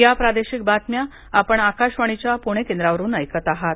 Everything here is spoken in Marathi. या प्रादेशिक बातम्या आपण आकाशवाणीच्या प्णे केंद्रावरून ऐकत आहात